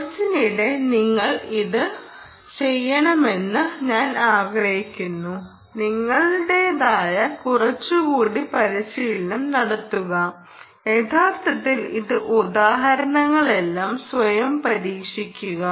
കോഴ്സിനിടെ നിങ്ങൾ ഇത് ചെയ്യണമെന്ന് ഞാൻ ആഗ്രഹിക്കുന്നു നിങ്ങളുടേതായ കുറച്ചുകൂടി പരിശീലനം നടത്തുക യഥാർത്ഥത്തിൽ ഈ ഉദാഹരണങ്ങളെല്ലാം സ്വയം പരീക്ഷിക്കുക